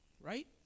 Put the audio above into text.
Right